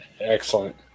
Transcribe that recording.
Excellent